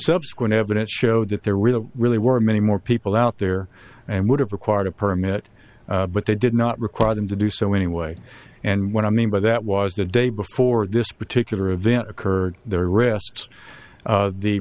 subsequent evidence showed that there really really were many more people out there and would have required a permit but they did not require them to do so anyway and what i mean by that was the day before this particular event occurred there